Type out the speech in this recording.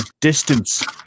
distance